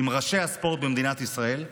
עם ראשי הספורט במדינת ישראל,